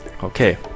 okay